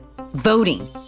Voting